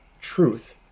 truth